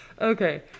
Okay